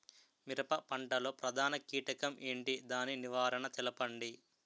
మిరప పంట లో ప్రధాన కీటకం ఏంటి? దాని నివారణ తెలపండి?